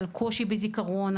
על קושי בזיכרון,